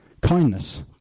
kindness